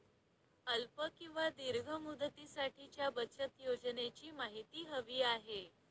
अल्प किंवा दीर्घ मुदतीसाठीच्या बचत योजनेची माहिती हवी आहे